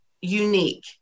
unique